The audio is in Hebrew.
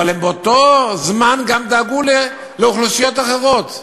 אבל הם באותו זמן גם דאגו לאוכלוסיות אחרות.